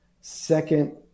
Second